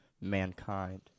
mankind